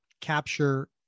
capture